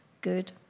good